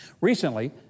Recently